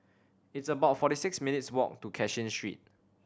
it's about forty six minutes' walk to Cashin Street